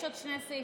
יש עוד שני סעיפים.